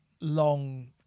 long